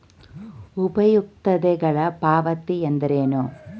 ಉಪಯುಕ್ತತೆಗಳ ಪಾವತಿ ಎಂದರೇನು?